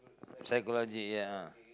psychology ya ah